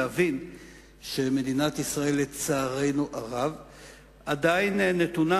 כדי להבין שמדינת ישראל עדיין נתונה,